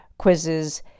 quizzes